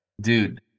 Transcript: dude